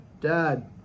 dad